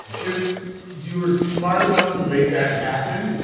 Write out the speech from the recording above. if you're smart enough to make that happen,